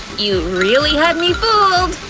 you really had me fooled.